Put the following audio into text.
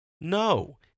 No